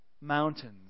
mountains